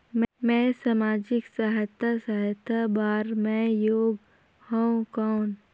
मैं समाजिक सहायता सहायता बार मैं योग हवं कौन?